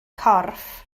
corff